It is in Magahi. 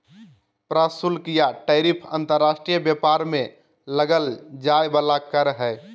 प्रशुल्क या टैरिफ अंतर्राष्ट्रीय व्यापार में लगल जाय वला कर हइ